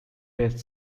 based